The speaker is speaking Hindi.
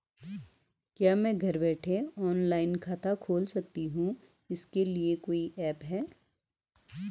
क्या मैं घर बैठे ऑनलाइन खाता खोल सकती हूँ इसके लिए कोई ऐप है?